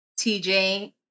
TJ